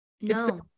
No